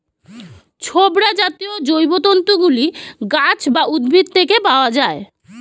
ছোবড়া জাতীয় জৈবতন্তু গুলি গাছ বা উদ্ভিদ থেকে পাওয়া যায়